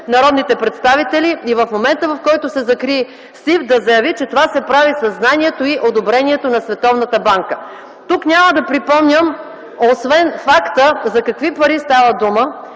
народните представители и в момента, в който се закри СИФ да заяви, че това се прави със знанието и одобрението на Световната банка? Тук няма да припомням, освен факта: за какви пари става дума,